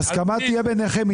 ההסכמה תהיה ביניכם.